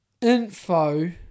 info